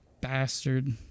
bastard